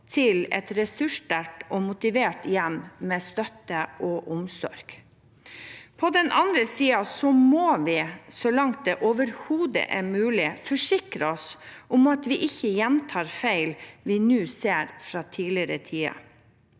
til et ressurssterkt og motivert hjem med støtte og omsorg. På den andre siden må vi, så langt det overhodet er mulig, forsikre oss om at vi ikke gjentar feil vi ser fra tidligere tider.